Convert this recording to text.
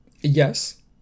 Yes